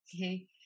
okay